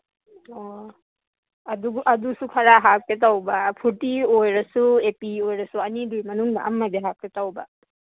ꯑꯣ ꯑꯗꯨꯁꯨ ꯈꯔ ꯍꯥꯞꯀꯦ ꯇꯧꯕ ꯐꯨꯔꯇꯤ ꯑꯣꯏꯔꯁꯨ ꯑꯦ ꯄꯤ ꯑꯣꯏꯔꯁꯨ ꯑꯅꯤꯗꯨꯒꯤ ꯃꯅꯨꯡꯗ ꯑꯃꯗꯤ ꯍꯥꯞꯀꯦ ꯇꯧꯕ